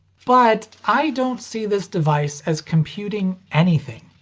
but, i don't see this device as computing anything.